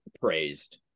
praised